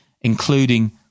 including